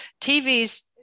TV's